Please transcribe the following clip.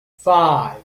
five